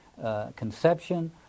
conception